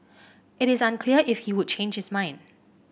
it is unclear if he would change his mind